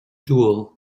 dual